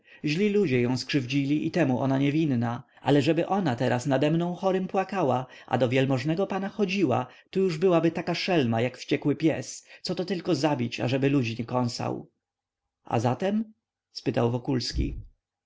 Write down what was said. źli ludzie ją skrzywdzili i temu ona niewinna ale żeby ona teraz nademną chorym płakała a do wielmożnego pana chodziła to już byłaby taka szelma jak wściekły pies coto tylko zabić ażeby ludzi nie kąsał a zatem spytał wokulski ha